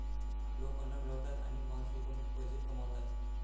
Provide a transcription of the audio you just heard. लोक अन्न मिळवतात आणि मांस विकून पैसे कमवतात